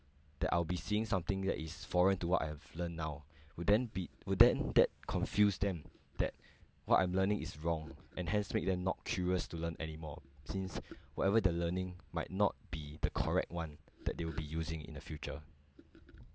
that I'll be seeing something that is foreign to what I've learned now would then be would then that confuse them that what I'm learning is wrong and hence make them not curious to learn anymore since whatever they're learning might not be the correct [one] that they will be using in the future